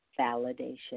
validation